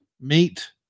meet